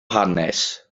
hanes